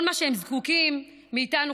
כל מה שהם זקוקים לו מאיתנו,